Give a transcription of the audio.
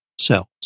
cells